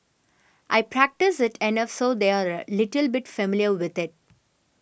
I practice it enough so they're a little bit familiar with it